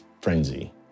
frenzy